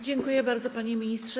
Dziękuję bardzo, panie ministrze.